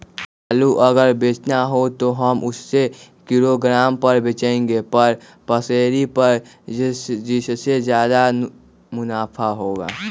आलू अगर बेचना हो तो हम उससे किलोग्राम पर बचेंगे या पसेरी पर जिससे ज्यादा मुनाफा होगा?